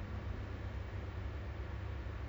I have one that is thirty